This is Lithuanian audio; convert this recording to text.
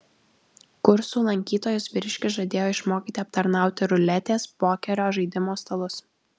kursų lankytojus vyriškis žadėjo išmokyti aptarnauti ruletės pokerio žaidimo stalus